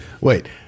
Wait